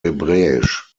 hebräisch